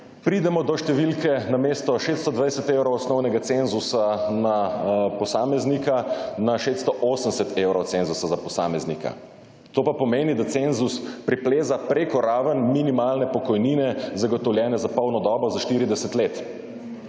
pridemo do številke namesto 620 evrov osnovnega cenzusa za posameznika na 680 evrov cenzusa za posameznika. To pa pomeni, da cenzus pripleza preko ravni minimalne pokojnine, zagotovljene za polno dobo, za 40 let.